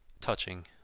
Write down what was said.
touching